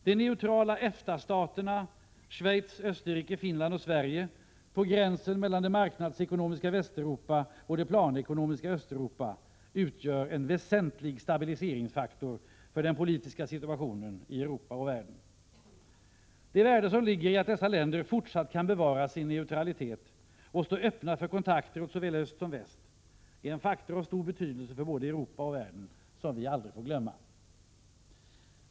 De neutrala EFTA staterna, Schweiz, Österrike, Finland och Sverige, på gränsen mellan det marknadsekonomiska Västeuropa och det planekonomiska Östeuropa, utgör en väsentlig stabiliseringsfaktor för den politiska situationen i Europa och världen. Det värde som ligger i att dessa länder fortsatt kan bevara sin neutralitet och stå öppna för kontakter åt såväl öst som väst är en faktor av stor betydelse för både Europa och världen som vi aldrig får glömma.